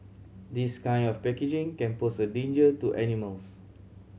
this kind of packaging can pose a danger to animals